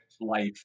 life